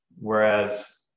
whereas